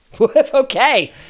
Okay